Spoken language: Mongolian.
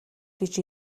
гэж